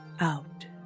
out